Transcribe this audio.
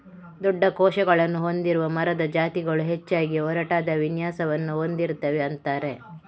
ದೊಡ್ಡ ಕೋಶಗಳನ್ನ ಹೊಂದಿರುವ ಮರದ ಜಾತಿಗಳು ಹೆಚ್ಚಾಗಿ ಒರಟಾದ ವಿನ್ಯಾಸವನ್ನ ಹೊಂದಿರ್ತವೆ ಅಂತಾರೆ